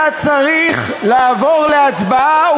היה צריך לעבור להצבעה,